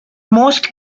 most